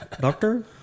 doctor